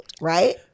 right